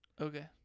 Okay